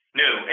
new